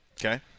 Okay